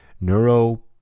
neuro